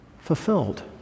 fulfilled